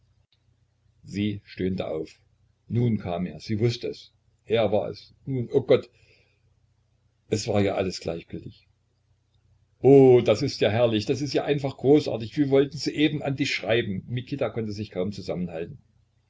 sie stöhnte auf nun kam er sie wußte es er war es nun o gott es war ja alles gleichgültig oh das ist ja herrlich das ist ja einfach großartig wir wollten soeben an dich schreiben mikita konnte sich kaum zusammenhalten